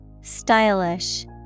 Stylish